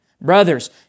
Brothers